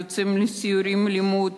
יוצאים לסיורי לימוד,